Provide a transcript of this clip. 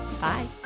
Bye